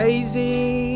Crazy